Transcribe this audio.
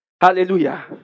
Hallelujah